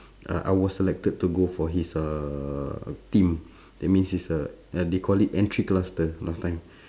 uh I was selected to go for his uh team that means is uh ya they call it entry cluster last time